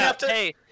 Hey